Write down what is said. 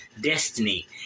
destiny